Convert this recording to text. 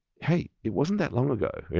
hey, it wasn't that long ago.